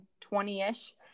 20-ish